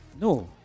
No